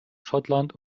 schottland